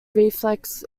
reflex